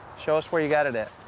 show us where you got it at?